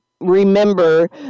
remember